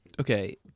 Okay